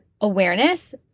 awareness